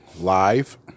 live